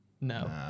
No